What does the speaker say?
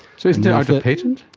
so isn't it out of patent?